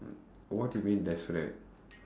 what do you mean desperate